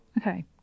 Okay